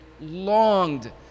longed